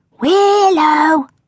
Willow